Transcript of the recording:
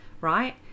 right